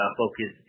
focus